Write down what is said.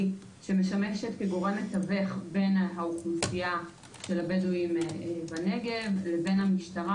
שמשמשת כגורם מתווך בין האוכלוסייה לבין המשטרה,